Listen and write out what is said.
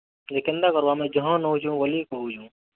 ହଁ ଯେ କେନ୍ତା କର୍ବା ମୁଇଁ ଯହ ନେଉଛୁଁ ବୋଲି କହୁଛୁଁ